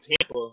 Tampa